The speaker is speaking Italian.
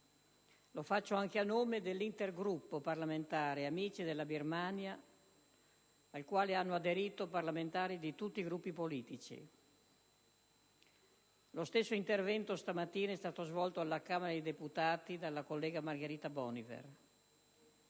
lo faccio anche a nome dell'Intergruppo parlamentare «Amici della Birmania», al quale hanno aderito parlamentari di tutti i Gruppi politici. Questa mattina lo stesso intervento è stato svolto alla Camera dei deputati dalla collega Margherita Boniver.